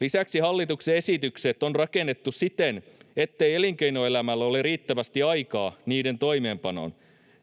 Lisäksi hallituksen esitykset on rakennettu siten, ettei elinkeinoelämällä ole riittävästi aikaa niiden toimeenpanoon.